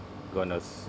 gonna